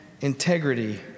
integrity